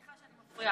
סליחה שאני מפריעה.